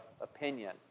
opinion